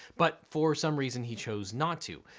but for some reason, he chose not to.